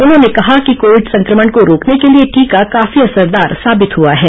उन्होंने कहा कि कोविड संक्रमण को रोकने के लिए टीका कार्फी असरदार साबित हुआ है